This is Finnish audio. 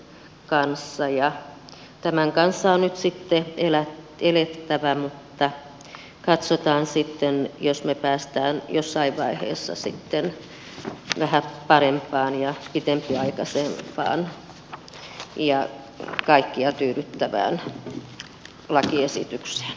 ja tämän kanssa on nyt sitten elettävä mutta katsotaan sitten jos me pääsemme jossain vaiheessa sitten vähän parempaan ja pitempiaikaisempaan ja kaikkia tyydyttävään lakiesitykseen tältäkin osalta